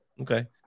Okay